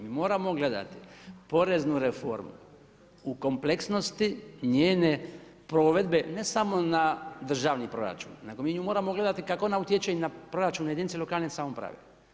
Mi moramo gledati poreznu reformu u kompleksnosti njene provedbe ne samo na državni proračun, nego mi nju moramo gledati kako ona utječe i na proračun jedinica lokalne samouprave.